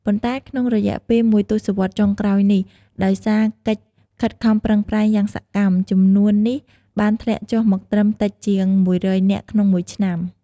ប៉ុន្តែក្នុងរយៈពេលមួយទសវត្សរ៍ចុងក្រោយនេះ ដោយសារកិច្ចខិតខំប្រឹងប្រែងយ៉ាងសកម្ម ចំនួននេះបានធ្លាក់ចុះមកត្រឹម តិចជាង ១០០ នាក់ក្នុងមួយឆ្នាំ ។